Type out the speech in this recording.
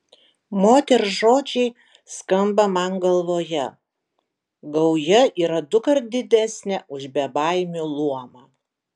moters žodžiai skamba man galvoje gauja yra dukart didesnė už bebaimių luomą